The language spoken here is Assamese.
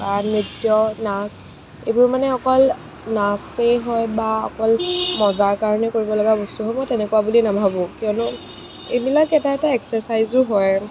বা নৃত্য নাচ এইবোৰ মানে অকল নাচেই হয় বা অকল মজাৰ কাৰণেই কৰিব লগা বস্তু সেইবোৰ তেনেকুৱা বুলি নাভাবোঁ কিয়নো এইবিলাক এটা এটা এক্সাৰছাইজো হয়